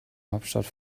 hauptstadt